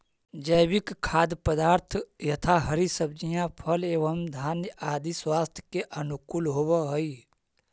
जैविक खाद्य पदार्थ यथा हरी सब्जियां फल एवं धान्य आदि स्वास्थ्य के अनुकूल होव हई